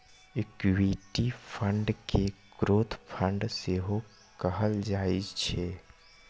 equity fund कें growth fund सेहो कहल जाइ छै